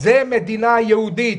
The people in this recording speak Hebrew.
על ההובלה של הדיון.